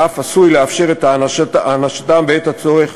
ואף עשוי לאפשר את הענשתם בעת הצורך.